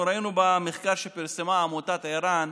ראינו במחקר שפרסמה עמותת ער"ן